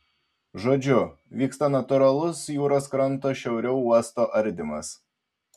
žodžiu vyksta natūralus jūros kranto šiauriau uosto ardymas